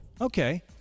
Okay